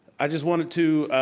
i just wanted to,